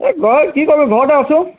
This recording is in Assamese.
এই ঘৰত কি কৰিবি ঘৰত আছোঁ